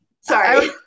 Sorry